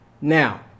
Now